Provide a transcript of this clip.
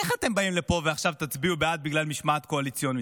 איך אתם באים לפה ועכשיו תצביעו בעד בגלל משמעת קואליציונית?